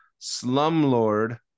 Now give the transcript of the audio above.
slumlord